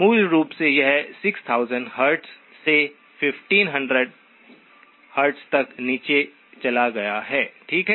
मूल रूप से यह 6000 हर्ट्ज से 1500 हर्ट्ज तक नीचे चला गया है ठीक है